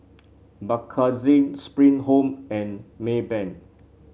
Bakerzin Spring Home and Maybank